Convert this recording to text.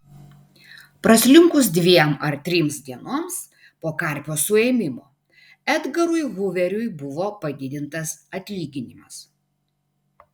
praslinkus dviem ar trims dienoms po karpio suėmimo edgarui huveriui buvo padidintas atlyginimas